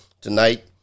tonight